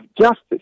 justice